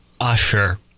Usher